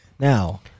Now